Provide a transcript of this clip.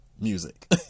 music